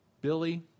Billy